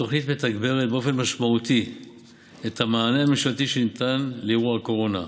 התוכנית מתגברת באופן משמעותי את המענה הממשלתי שניתן לאירוע הקורונה.